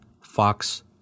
fox